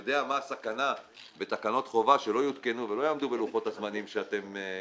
יודע מה הסכנה בתקנות חובה שלא יותקנו ולא יעמדו בלוחות-הזמנים שהכתבתם,